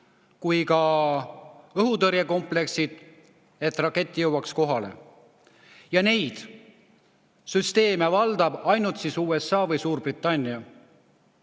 kui ka õhutõrjekompleksid, et rakett jõuaks kohale. Neid süsteeme valdavad ainult USA või Suurbritannia.